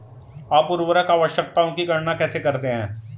आप उर्वरक आवश्यकताओं की गणना कैसे करते हैं?